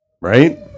right